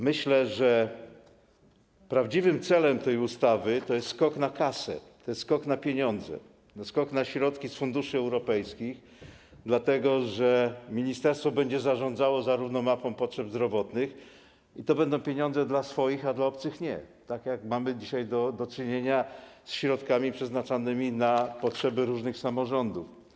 Myślę, że prawdziwym celem tej ustawy jest skok na kasę, skok na pieniądze, skok na środki z funduszy europejskich, dlatego że ministerstwo będzie zarządzało zarówno mapą potrzeb zdrowotnych, i to będą pieniądze dla swoich, a nie dla obcych, tak jak mamy dzisiaj do czynienia ze środkami przeznaczanymi na potrzeby różnych samorządów.